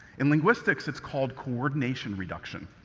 in linguistics it's called coordination reduction.